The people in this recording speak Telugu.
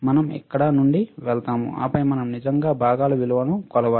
మనం ఇక్కడ నుండి వెళ్తాము ఆపై మనం నిజంగా భాగాల విలువను కొలవాలి